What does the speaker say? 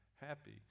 happy